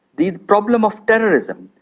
the problem of terrorism.